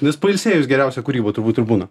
vis pailsėjus geriausia kūryba turbūt ir būna